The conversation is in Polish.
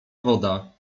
woda